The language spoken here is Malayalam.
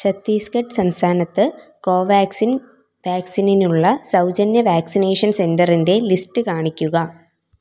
ഛത്തീസ്ഗഡ് സംസ്ഥാനത്ത് കോവാക്സിൻ വാക്സിനിനുള്ള സൗജന്യ വാക്സിനേഷൻ സെൻററിൻറെ ലിസ്റ്റ് കാണിക്കുക